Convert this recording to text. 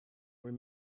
were